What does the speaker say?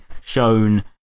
shown